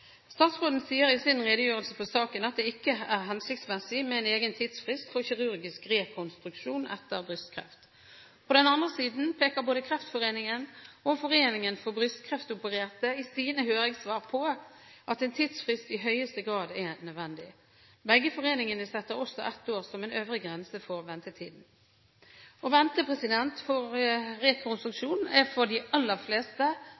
Statsråden sier i sin redegjørelse om saken at det ikke er hensiktsmessig med en egen tidsfrist for kirurgisk rekonstruksjon etter brystkreft. På den andre siden peker både Kreftforeningen og Foreningen for brystkreftopererte i sine høringssvar på at en tidsfrist i høyeste grad er nødvendig. Begge foreningene setter også ett år som en øvre grense for ventetiden. Å vente på rekonstruksjon er for de aller fleste, og